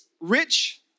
rich